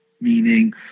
meaning